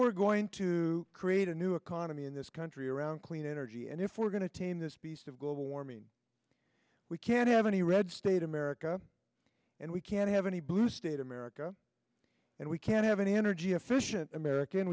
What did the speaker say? we're going to create a new economy in this country around clean energy and if we're going to tame this beast of global warming we can't have any red state america and we can't have any blue state america and we can't have an energy efficient american